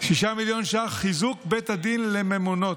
6 מיליון ש"ח, חיזוק בית הדין לממונות.